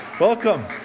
Welcome